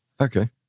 Okay